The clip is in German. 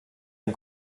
ein